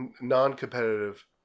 non-competitive